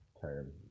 term